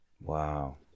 Wow